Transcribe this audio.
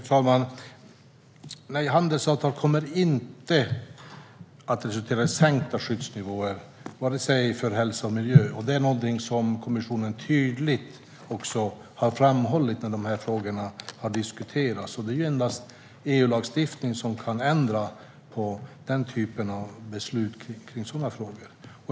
Fru talman! Nej, handelsavtal kommer inte att resultera i sänkta skyddsnivåer för vare sig hälsa eller miljö. Det är någonting som kommissionen tydligt har framhållit när de här frågorna har diskuterats. Det är endast EU-lagstiftning som kan ändra den typen av beslut kring sådana frågor.